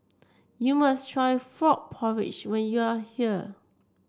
you must try Frog Porridge when you are here